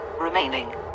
remaining